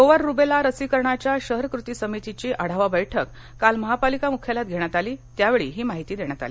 गोवर रुबेला लसीकरणाच्या सिटी टास्क समितीची आढावा बैठक काल महापालिका मुख्यालयात घेण्यात आली त्यावेळी ही माहिती देण्यात आली